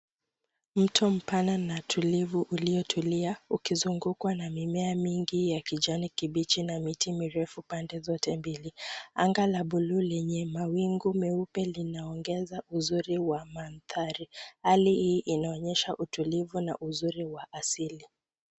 Mto mpana na tulivu ulitulia ukuzungukwa na mimea mingi ya kijani kibichi na miti mirefu pande zote mbili. Anga la buluu lenye mawingu meupe linaongeza uzuri wa mandhari, hali hii inaonyesha utulivu na uzuri wa asili.